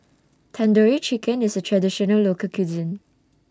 Tandoori Chicken IS A Traditional Local Cuisine